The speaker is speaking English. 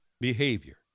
behavior